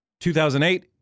2008